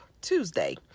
tuesday